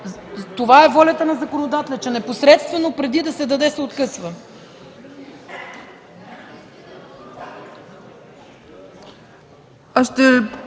Това е волята на законодателя – че непосредствено преди да се даде, се откъсва.